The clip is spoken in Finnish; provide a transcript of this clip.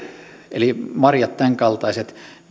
eli marjat ja tämän kaltaiset